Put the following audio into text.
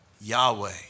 Yahweh